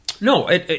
No